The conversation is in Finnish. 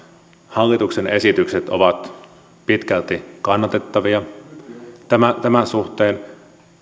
hallituksen esitykset ovat pitkälti kannatettavia tämän suhteen